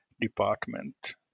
department